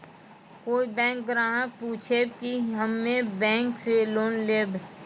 कोई बैंक ग्राहक पुछेब की हम्मे बैंक से लोन लेबऽ?